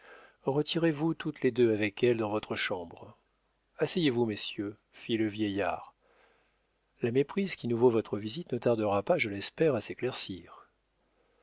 retirez-vous toutes les deux avec elle dans votre chambre asseyez-vous messieurs fit le vieillard la méprise qui nous vaut votre visite ne tardera pas je l'espère à s'éclaircir